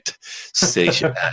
station